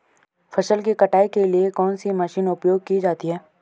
फसल की कटाई के लिए कौन सी मशीन उपयोग की जाती है?